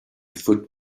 foot